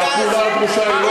ועדת ששינסקי קמה בגלל